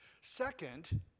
second